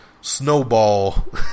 snowball